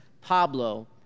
Pablo